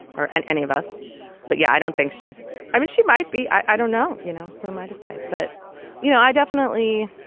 and any of us but yeah i don't think she's i mean she might be. i don't know. you know one might say. but you know i definitely